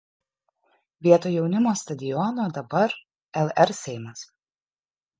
vietoj jaunimo stadiono dabar lr seimas